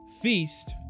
feast